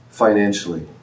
financially